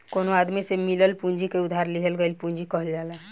कवनो आदमी से मिलल पूंजी के उधार लिहल गईल पूंजी कहल जाला